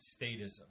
statism